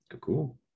Cool